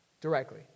directly